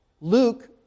Luke